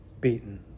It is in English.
beaten